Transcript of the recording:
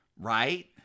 Right